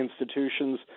institutions